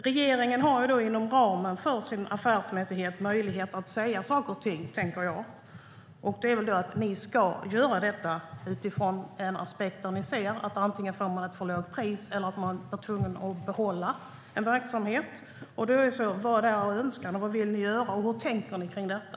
Regeringen har inom ramen för sin affärsmässighet möjlighet att säga saker och ting, tänker jag. Den kan säga: Ni ska göra detta utifrån aspekten att man antingen får ett för lågt pris eller är tvungen att behålla en verksamhet. Vad är er önskan? Vad vill ni göra? Hur tänker ni om detta?